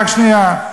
ו...